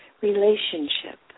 relationship